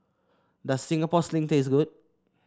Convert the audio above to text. does Singapore Sling taste good